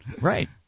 Right